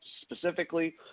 specifically